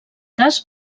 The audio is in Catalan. cas